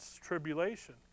tribulation